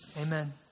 amen